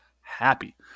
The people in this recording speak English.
happy